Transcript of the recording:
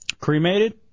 Cremated